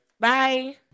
Bye